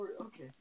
okay